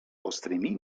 ostrymi